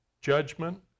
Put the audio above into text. judgment